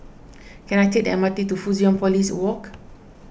can I take the M R T to Fusionopolis Walk